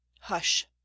Hush